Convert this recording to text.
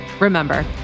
Remember